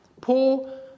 Paul